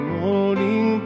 morning